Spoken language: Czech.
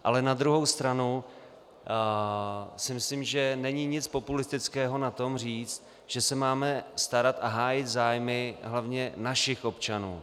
Ale na druhou stranu si myslím, že není nic populistického na tom, říct, že se máme starat a hájit zájmy hlavně našich občanů.